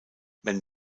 wenn